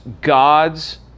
God's